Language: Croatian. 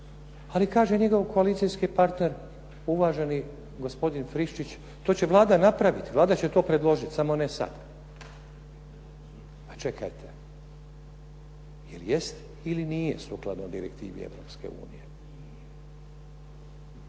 Ali kaže njegov koalicijski partner uvaženi gospodin Friščić to će Vlada napraviti, Vlada će to predložiti samo ne sada. Pa čekajte. Jel jeste ili nije sukladno Direktivi Europske unije?